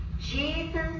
Jesus